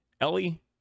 ellie